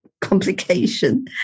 complication